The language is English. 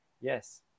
yes